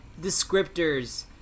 descriptors